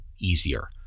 easier